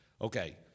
Okay